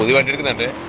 hundred and